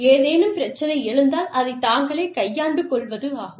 ஏதேனும் பிரச்சனை எழுந்தால் அதை தாங்களே கையாண்டு கொள்வது ஆகும்